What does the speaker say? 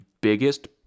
biggest